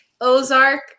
Ozark